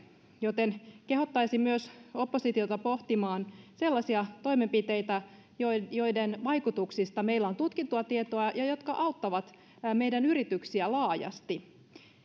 joten kehottaisin myös oppositiota pohtimaan sellaisia toimenpiteitä joiden joiden vaikutuksista meillä on tutkittua tietoa ja jotka auttavat meidän yrityksiä laajasti